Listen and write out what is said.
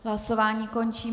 Hlasování končím.